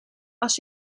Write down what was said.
als